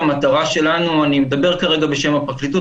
שהמטרה שלנו אני מדבר כרגע בשם הפרקליטות,